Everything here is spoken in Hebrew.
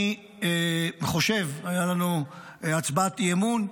אני חושב, הייתה לנו הצבעת אי-אמון,